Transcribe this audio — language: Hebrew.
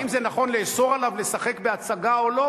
האם זה נכון לאסור עליו לשחק בהצגה או לא?